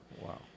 wow